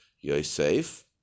Yosef